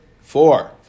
four